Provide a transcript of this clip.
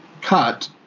cut